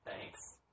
Thanks